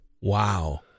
Wow